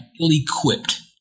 equipped